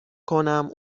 کنم